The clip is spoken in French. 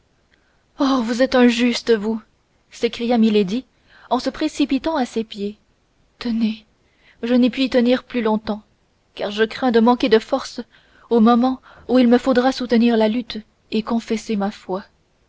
oh vous êtes un juste vous s'écria milady en se précipitant à ses pieds tenez je n'y puis tenir plus longtemps car je crains de manquer de force au moment où il me faudra soutenir la lutte et confesser ma foi